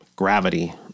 Gravity